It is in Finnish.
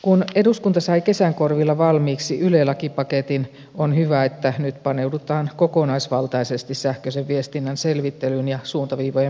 kun eduskunta sai kesän korvilla valmiiksi yle lakipaketin on hyvä että nyt paneudutaan kokonaisvaltaisesti sähköisen viestinnän selvittelyyn ja suuntaviivojen määrittelyyn